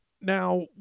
Now